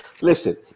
Listen